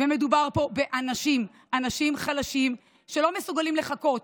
ומדובר פה באנשים, אנשים חלשים שלא מסוגלים לחכות.